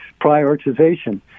prioritization